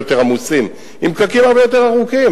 יותר עמוסים עם פקקים הרבה יותר ארוכים.